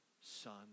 son